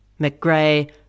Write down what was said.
McGray